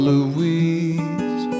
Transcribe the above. Louise